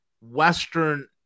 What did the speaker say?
Western